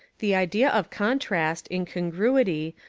the idea of contrast, incon gruity,